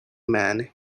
man